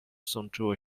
sączyło